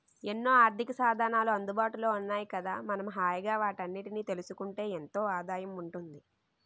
ఎన్నో ఆర్థికసాధనాలు అందుబాటులో ఉన్నాయి కదా మనం హాయిగా వాటన్నిటినీ తెలుసుకుంటే ఎంతో ఆదాయం ఉంటుంది